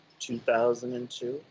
2002